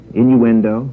innuendo